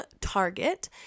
Target